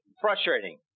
frustrating